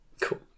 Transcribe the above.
Cool